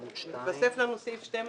התווסף לנו סעיף (12).